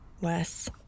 Wes